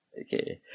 Okay